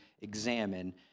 examine